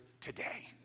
today